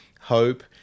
hope